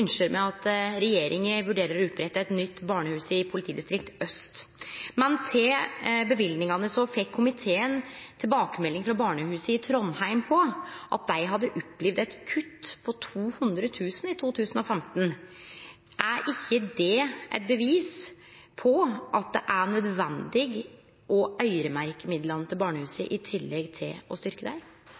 ynskjer me at regjeringa vurderer å opprette eit nytt barnehus i politidistrikt aust. Men til løyvingane: Komiteen fekk tilbakemelding frå barnehuset i Trondheim om at dei hadde opplevd eit kutt på 200 000 kr i 2015. Er ikkje det eit bevis på at det er nødvendig å øyremerkje midlane til barnehusa, i tillegg til å styrkje dei?